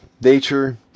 nature